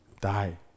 die